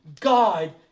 God